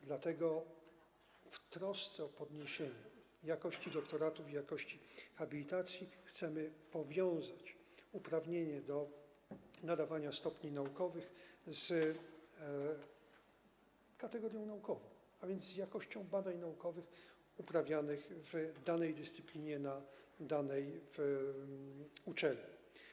Dlatego w trosce o podniesienie jakości doktoratów i jakości habilitacji chcemy powiązać uprawnienie do nadawania stopni naukowych z kategorią naukową, a więc z jakością badań naukowych uprawianych w danej dyscyplinie na danej uczelni.